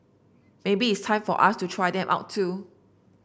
maybe it's time for us to try them out too